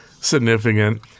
significant